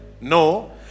no